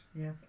Yes